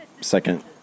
second